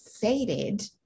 faded